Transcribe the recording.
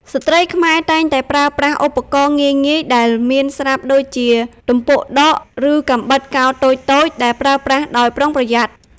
ស្ត្រីខ្មែរតែងតែប្រើប្រាស់ឧបករណ៍ងាយៗដែលមានស្រាប់ដូចជា ទំពក់ដក ឬកាំបិតកោរតូចៗ (ដែលប្រើប្រាស់ដោយប្រុងប្រយ័ត្ន)។